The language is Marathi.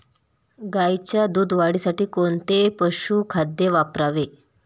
गाईच्या दूध वाढीसाठी कोणते पशुखाद्य वापरावे?